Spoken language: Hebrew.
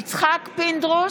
יצחק פינדרוס,